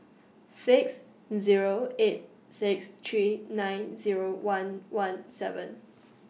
six Zero eight six three nine Zero one one seven